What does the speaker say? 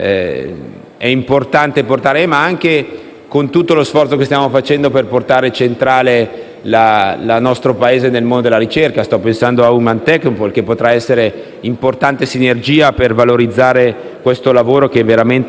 anche lo sforzo che stiamo facendo per far diventare centrale il nostro Paese nel mondo della ricerca: sto pensando a Human Technopole, che potrà essere un'importante sinergia per valorizzare il lavoro che spero veramente possa essere svolto a Milano.